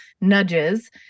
nudges